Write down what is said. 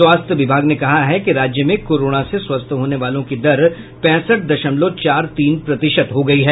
स्वास्थ्य विभाग ने कहा है कि राज्य में कोरोना से स्वस्थ होने वालों की दर पैंसठ दशमलव चार तीन प्रतिशत हो गयी है